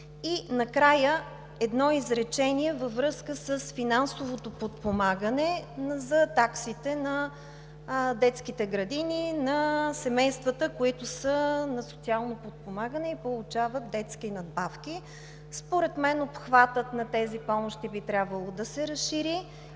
Накрая едно изречение във връзка с финансовото подпомагане за таксите на детските градини на семействата, които са на социално подпомагане и получават детски надбавки. Според мен обхватът на тези помощи би трябвало да се разшири